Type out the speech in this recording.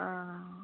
अ